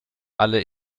alle